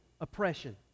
oppression